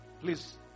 Please